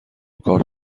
کارت